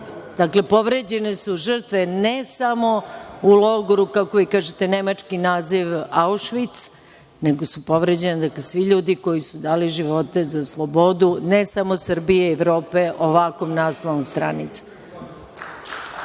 Dakle, povređene su žrtve ne samo u logoru, kako vi kažete nemački naziv Aušvic, nego su povređeni svi ljudi koji su dali živote za slobodu, ne samo Srbije i Evrope, ovakvom naslovnom stranicom.